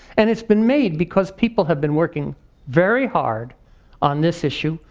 and it's been made because people have been working very hard on this issue,